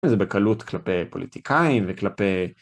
זה בקלות כלפי פוליטיקאים וכלפי...